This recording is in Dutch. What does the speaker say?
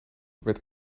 werd